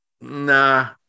nah